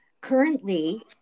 Currently